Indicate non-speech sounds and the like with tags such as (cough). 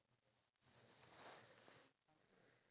(laughs) I would die